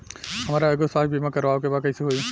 हमरा एगो स्वास्थ्य बीमा करवाए के बा कइसे होई?